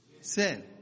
sin